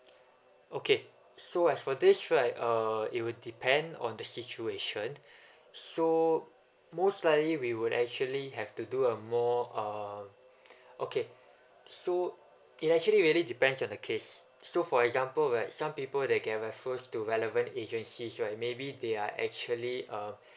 okay so as for this right uh it will depend on the situation so most likely we would actually have to do a more um okay so it actually really depends on the case so for example right some people they gets to relevant agencies right maybe they are actually um